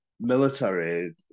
military